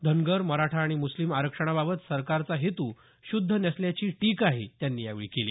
धनगर मराठा आणि मुस्लिम आरक्षणाबाबत सरकारचा हेतू शुद्ध नसल्याची टीकाही त्यांनी यावेळी केली